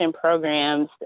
programs